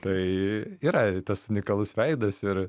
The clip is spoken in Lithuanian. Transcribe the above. tai yra tas unikalus veidas ir